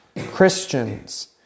Christians